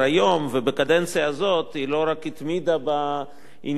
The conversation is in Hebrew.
ובקדנציה הזאת היא לא רק התמידה בעניין הזה,